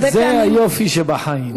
זה היופי שבחיים.